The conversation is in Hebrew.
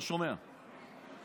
לא שומעים.